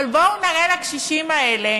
אבל בואו ונראה לקשישים האלה